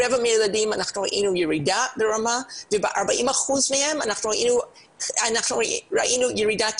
איסור הצגה בנקודות מכירה וכן הלאה כאשר גם היום אין אכיפה ויש זילות של